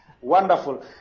wonderful